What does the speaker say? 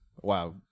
wow